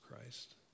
Christ